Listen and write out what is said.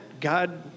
God